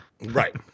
right